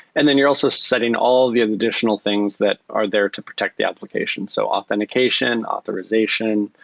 and then you're also setting all the additional things that are there to protect the application. so authentication, authorization,